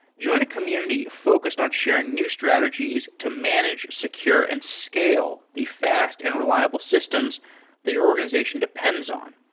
join a community focused on sharing new strategies to manage secure and scale the fast and reliable systems that your organization depends on.